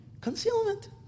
Concealment